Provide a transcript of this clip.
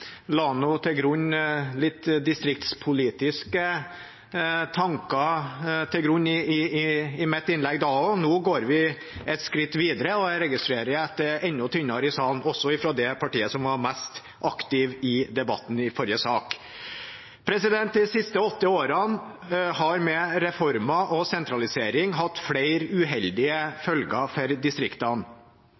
la distriktspolitiske tanker til grunn i mitt innlegg da også. Nå går vi et skritt videre, og jeg registrerer at det er enda tynnere i salen, også blant det partiet som var mest aktivt i debatten i forrige sak. De siste åtte årene har reformer og sentralisering hatt flere uheldige følger for distriktene.